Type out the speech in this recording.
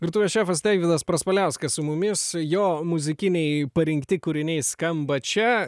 virtuvės šefas deividas praspaliauskas su mumis jo muzikiniai parinkti kūriniai skamba čia